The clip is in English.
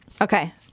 Okay